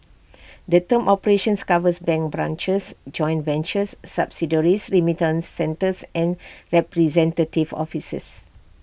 the term operations covers bank branches joint ventures subsidiaries remittance centres and representative offices